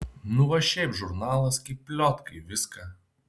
nu va šiaip žurnalas kaip pliotkai viską